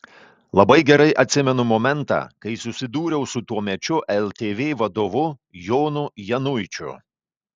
labai gerai atsimenu momentą kai susidūriau su tuomečiu ltv vadovu jonu januičiu